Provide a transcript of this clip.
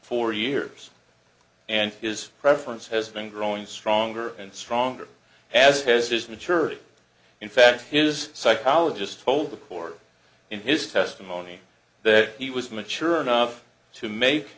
four years and his preference has been growing stronger and stronger as has his maturity in fact his psychologist told the court in his testimony that he was mature enough to make